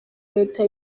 leta